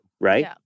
right